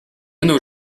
nos